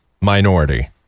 minority